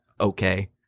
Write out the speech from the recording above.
okay